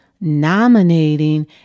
nominating